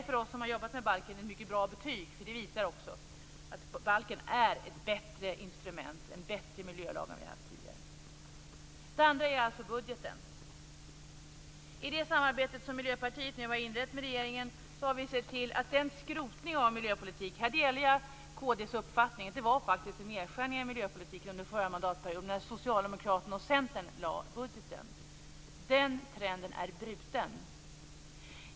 För oss som har jobbat med balken är det ett mycket bra betyg. Det visar att balken är ett bättre instrument, en bättre miljölag, än vad vi har haft tidigare. Det andra är alltså budgeten. Ett samarbete är inlett mellan Miljöpartiet och regeringen. Jag delar kd:s uppfattning att det faktiskt var en nedskärning i miljöpolitiken under förra mandatperioden när Socialdemokraterna och Centern lade budgeten. Den trenden är bruten.